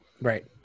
Right